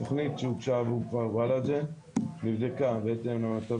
התוכנית שהוגשה עבור כפר וולאג'ה נבדקה בהתאם למצב